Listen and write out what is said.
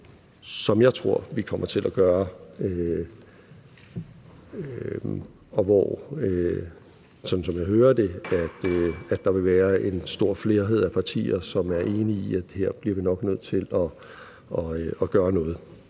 hvad jeg tror vi kommer til at gøre. Og hvor der, sådan som jeg hører det, vil være en stor flerhed af partier, som er enige i, at her bliver vi nok nødt til at gøre noget.